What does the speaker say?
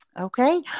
Okay